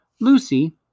Lucy